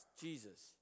Jesus